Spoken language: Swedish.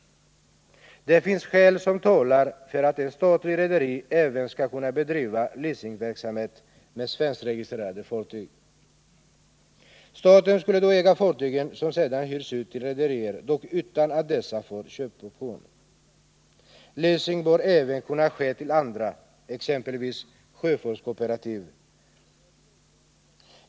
Det finns skäl som talar för att ett statligt rederi även skall kunna bedriva leasingverksamhet med svenskregistrerade fartyg. Staten skulle då äga fartygen, som sedan hyrs ut till rederier, dock utan att dessa får köpoption. Leasing bör kunna ske även till andra, exempelvis sjöfolkskooperativ.